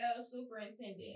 superintendent